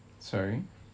sorry